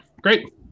Great